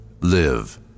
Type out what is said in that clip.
Live